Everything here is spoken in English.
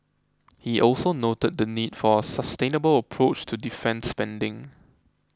he also noted the need for a sustainable approach to defence spending